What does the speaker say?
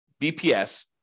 BPS